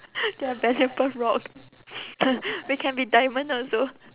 they are valuable rock we can be diamond also